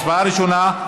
הצבעה ראשונה: